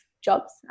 jobs